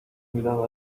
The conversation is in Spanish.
mirado